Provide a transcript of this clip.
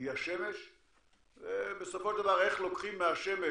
היא השמש ובסופו של דבר איך לוקחים מהשמש